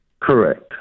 Correct